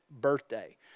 birthday